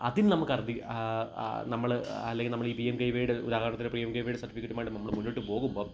അതിൽ നമുക്കർബി നമ്മള് അല്ലെങ്കില് നമ്മളീ പി എം കെ വൈയുടെ ഉദാഹരണത്തിന് പി എം കെ വൈയുടെ സർട്ടിഫിക്കറ്റുമായിട്ട് നമ്മള് മുന്നോട്ട് പോകുമ്പോള്